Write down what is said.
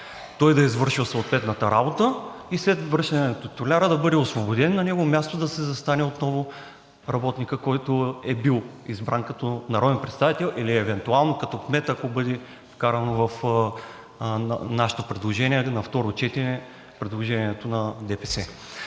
той да извършва съответната работа и след връщане на титуляра да бъде освободен и на негово място да си застане отново работникът, който е бил избран като народен представител или евентуално като кмет, ако бъде вкарано нашето предложение на второ четене, предложението на ДПС.